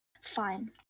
Fine